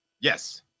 yes